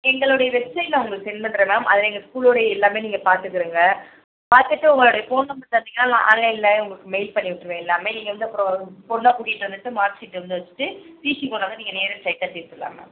எங்களுடைய வெப்சைட் நான் உங்களுக்கு செண்ட் பண்ணுறேன் மேம் அதில் எங்க ஸ்கூலோடு எல்லாமே நீங்கள் பார்த்துக்கங்க பார்த்துட்டு உங்களுடைய போன் நம்பர் தந்தீங்கன்னால் நான் ஆன்லைன்னிலே உங்களுக்கு மெயில் பண்ணிட்விருவேன் எல்லாமே நீங்கள் வந்து அப்புறம் பொண்ணை கூட்டிகிட்டு வந்துட்டு மார்க் ஷீட் வந்து வச்சுட்டு டீசி கொண்டு வந்து நீங்கள் நேரா ஸ்ட்ரைட்டாக சேர்த்துட்லாம் மேம்